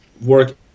work